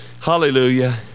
Hallelujah